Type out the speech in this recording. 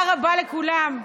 תודה רבה לכולם.